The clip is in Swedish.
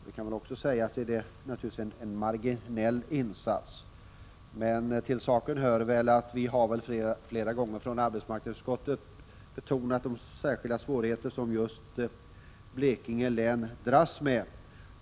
Det rör sig om en marginell insats, men till saken kan läggas att arbetsmarknadsutskottet flera gånger har betonat de svårigheter som just Blekinge län dras med.